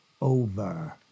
Over